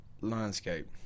landscape